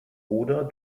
oder